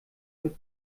mit